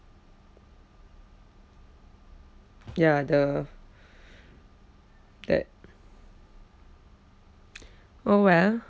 ya the that oh well